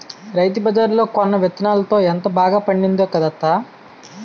రైతుబజార్లో కొన్న యిత్తనాలతో ఎంత బాగా పండిందో కదా అత్తా?